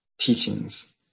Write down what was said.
teachings